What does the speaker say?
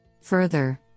Further